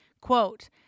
Quote